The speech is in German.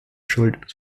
schuld